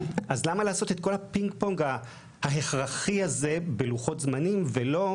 אז למה לעשות את כל הפינג פונג ההכרחי הזה בלוחות זמנים ולא להגיד: